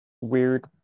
weird